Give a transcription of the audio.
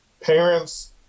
Parents